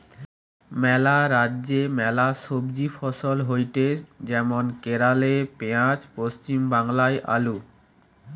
ম্যালা রাজ্যে ম্যালা সবজি ফসল হয়টে যেমন কেরালে পেঁয়াজ, পশ্চিম বাংলায় আলু